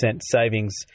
savings